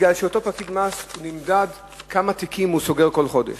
כי אותו פקיד מס נמדד בכמה תיקים הוא סוגר כל חודש.